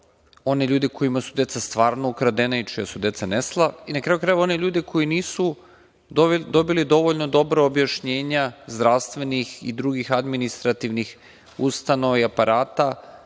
one ljude kojima su deca stvarno ukradena i čija su deca nestala i, na kraju krajeva, one ljude koji nisu dobili dovoljno dobra objašnjenja zdravstvenih i drugih, administrativnih, ustanova i aparate